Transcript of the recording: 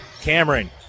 Cameron